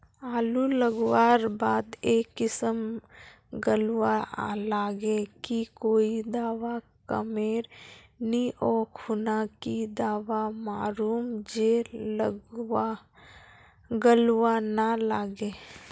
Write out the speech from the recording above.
आलू लगवार बात ए किसम गलवा लागे की कोई दावा कमेर नि ओ खुना की दावा मारूम जे गलवा ना लागे?